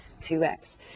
2x